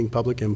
Public